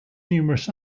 numerous